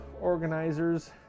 organizers